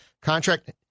contract